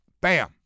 Bam